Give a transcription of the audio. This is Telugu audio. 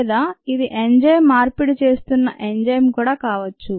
లేదా ఇది ఎంజైమ్ మార్పిడి చేస్తున్న ఎంజైమ్ కూడా కావచ్చు